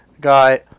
Got